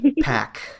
pack